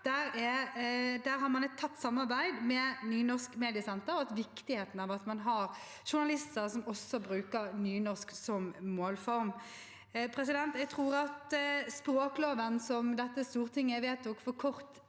har et tett samarbeid med Nynorsk mediesenter, og at det er viktig at man har journalister som også bruker nynorsk som målform. Jeg tror at språkloven som dette stortinget vedtok for kort